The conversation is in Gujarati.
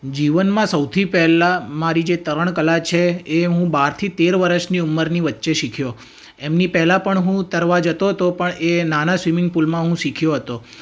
જીવનમાં સૌથી પહેલાં મારી જે તરણકલા છે એ હું બારથી તેર વર્ષની ઉંમરની વચ્ચે શીખ્યો એમની પહેલાં પણ હું તરવા જતો હતો પણ એ નાના સ્વિમિંગ પુલમાં હું શીખ્યો હતો